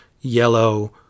yellow